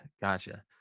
gotcha